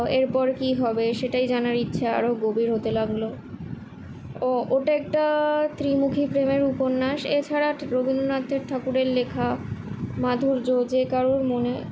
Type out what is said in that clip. এরপর কি হবে সেটাই জানার ইচ্ছা আরও গভীর হতে লাগলো ও ওটা একটা ত্রিমুখী প্রেমের উপন্যাস এছাড়া রবীন্দ্রনাথ ঠাকুরের লেখা মাধুর্য যে কারোর মনে